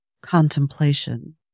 contemplation